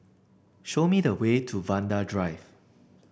show me the way to Vanda Drive